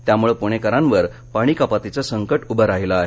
त्यामुळे पुणेकरांवर पाणी कपातीचं संकट उभं राहिल आहे